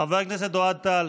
חבר הכנסת אוהד טל,